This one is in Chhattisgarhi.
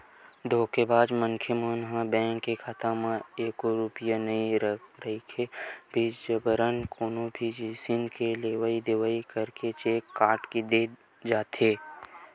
धोखेबाज मनखे मन ह बेंक के खाता म एको रूपिया नइ रहिके भी जबरन कोनो भी जिनिस के लेवई देवई करके चेक काट के दे जाथे